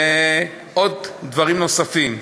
ועוד דברים נוספים.